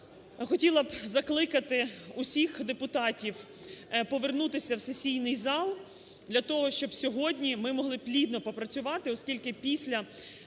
хотіла б закликає всіх депутатів повернутися в сесійний зал для того, щоб сьогодні ми могли плідно попрацювати, оскільки після